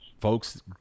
folks